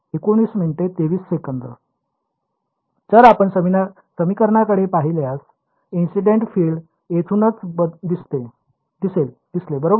जर आपण समीकरनाकडे पाहिल्यास इन्सिडेंट फील्ड येथूनच दिसले बरोबर